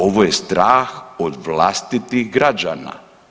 Ovo je strah od vlastitih građana.